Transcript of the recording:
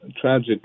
tragic